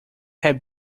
had